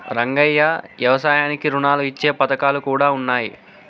రంగయ్య యవసాయానికి రుణాలు ఇచ్చే పథకాలు కూడా ఉన్నాయి